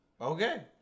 Okay